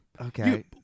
Okay